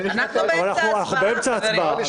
אנחנו באמצע הצבעה.